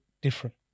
different